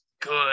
good